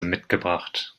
mitgebracht